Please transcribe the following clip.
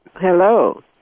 Hello